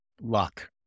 luck